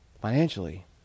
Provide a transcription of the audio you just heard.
financially